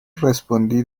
respondí